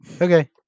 Okay